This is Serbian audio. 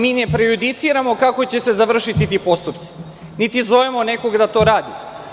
Mi ne prejudiciramo kako će se završiti ti postupci, niti zovemo nekog da to radi.